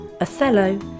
Othello